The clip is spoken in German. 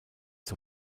zur